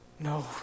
No